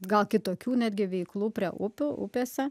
gal kitokių netgi veiklų prie upių upėse